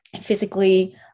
physically